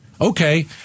Okay